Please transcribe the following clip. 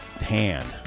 hand